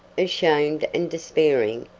ashamed and despairing,